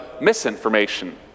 misinformation